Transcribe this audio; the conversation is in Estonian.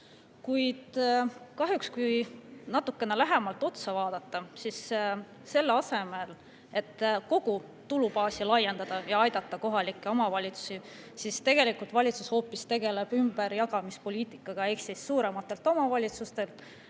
Kuid kahjuks, kui natukene lähemalt vaadata, siis selle asemel, et kogu tulubaasi laiendada ja aidata kohalikke omavalitsusi, tegeleb valitsus hoopis ümberjagamispoliitikaga ehk suurematelt omavalitsustelt